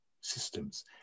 systems